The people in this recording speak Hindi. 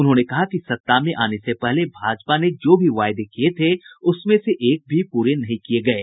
उन्होंने कहा कि सत्ता में आने से पहले भाजपा ने जो भी वायदे किये थे उसमें से एक भी प्रे नहीं किये गये